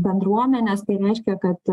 bendruomenes tai reiškia kad